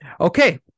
Okay